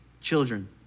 children